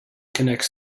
connects